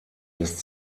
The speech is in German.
lässt